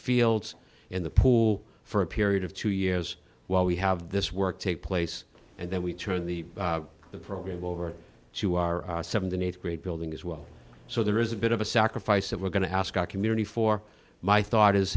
fields in the pool for a period of two years while we have this work take place and then we turn the the program over to our th and th grade building as well so there is a bit of a sacrifice that we're going to ask our community for my thought is